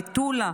ממטולה,